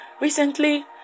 recently